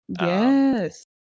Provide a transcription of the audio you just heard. yes